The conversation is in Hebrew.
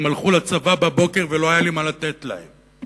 הם הלכו לצבא בבוקר ולא היה לי מה לתת להם.